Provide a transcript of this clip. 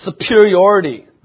superiority